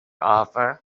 offer